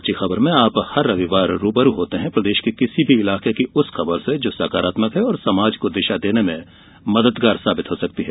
अच्छी खबरमें आप हर रविवार रूबरू होते हैं प्रदेश के किसी भी इलाके की उस खबर से जो सकारात्मक है और समाज को दिशा देने में मददगार हो सकती है